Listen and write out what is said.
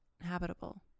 habitable